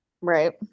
Right